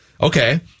Okay